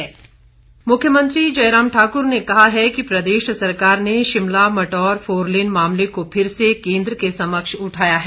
point of order मुख्यमंत्री जयराम ठाकुर ने कहा है कि प्रदेश सरकार ने शिमला मटौर फोरलेन मामले को फिर से केंद्र के समक्ष उठाया है